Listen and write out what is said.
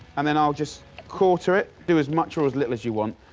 and then i'll just quarter it. do as much or as little as you want.